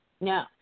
No